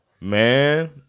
man